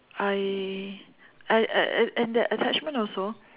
I I and and and that attachment also